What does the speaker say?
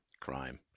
Crime